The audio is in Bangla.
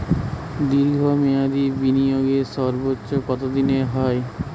দীর্ঘ মেয়াদি বিনিয়োগের সর্বোচ্চ কত দিনের হয়?